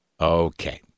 Okay